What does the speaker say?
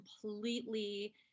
completely